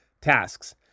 tasks